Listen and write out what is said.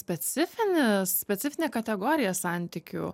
specifinis specifinė kategorija santykių